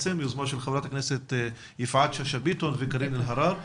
יוזמה של ח"כ יפעת שאשא-ביטון וקארין אלהרר,